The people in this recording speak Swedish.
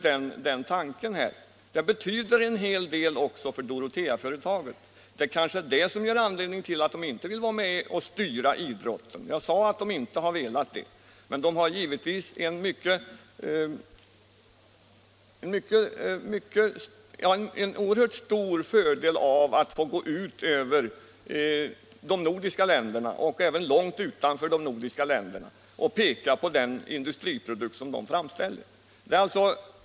Det betyder dock en hel del för företaget, och det är kanske anledningen till att företaget har valt den här vägen. Givetvis har företaget en oerhört stor fördel av att via TV få gå ut över de nordiska länderna och även långt utanför de nordiska länderna och peka på den industriprodukt som det framställer.